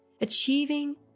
achieving